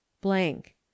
blank